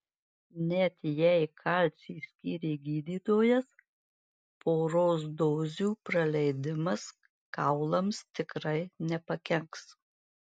net jei kalcį skyrė gydytojas poros dozių praleidimas kaulams tikrai nepakenks